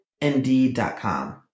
Indeed.com